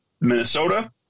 Minnesota